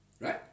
right